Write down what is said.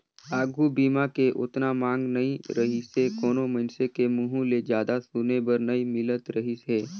आघू बीमा के ओतना मांग नइ रहीसे कोनो मइनसे के मुंहूँ ले जादा सुने बर नई मिलत रहीस हे